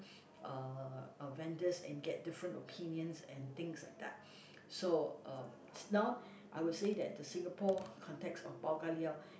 uh vendors and get different opinions and things like that so um now I would say that Singapore context of pau-ka-liao